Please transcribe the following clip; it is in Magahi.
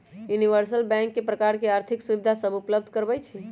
यूनिवर्सल बैंक कय प्रकार के आर्थिक सुविधा सभ उपलब्ध करबइ छइ